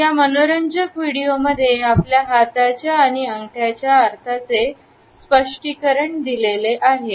या मनोरंजक व्हिडिओमध्ये आपल्याला हाताचा आणि अंगठाच्या अर्थांचे स्पष्टीकरण दिले आहे